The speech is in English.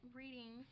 reading